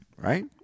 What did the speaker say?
Right